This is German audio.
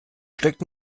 steckt